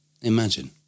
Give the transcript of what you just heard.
imagine